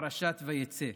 פרשת ויצא.